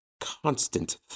constant